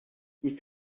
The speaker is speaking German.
sie